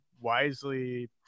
wisely